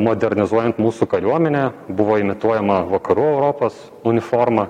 modernizuojant mūsų kariuomenę buvo imituojama vakarų europos uniforma